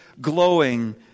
glowing